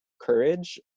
courage